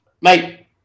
Mate